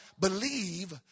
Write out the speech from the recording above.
believe